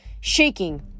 shaking